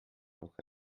noch